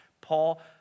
Paul